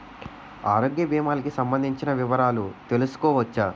ఆరోగ్య భీమాలకి సంబందించిన వివరాలు తెలుసుకోవచ్చా?